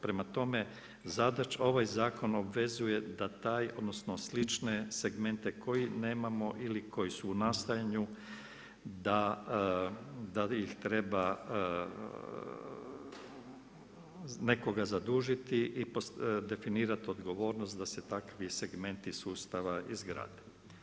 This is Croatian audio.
Prema tome, ovaj zakon obvezuje da taj, odnosno slične segmente koji nemamo ili koji su u nastajanju, da ih treba nekoga zadužiti i definirati odgovornost da se takvi segmenti sustava izgrade.